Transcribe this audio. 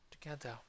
together